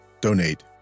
donate